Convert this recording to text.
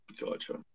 Gotcha